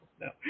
no